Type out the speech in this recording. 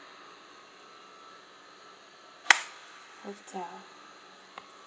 hotel